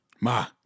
Ma